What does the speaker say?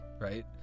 right